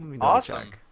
Awesome